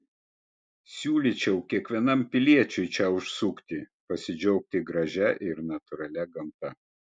siūlyčiau kiekvienam piliečiui čia užsukti pasidžiaugti gražia ir natūralia gamta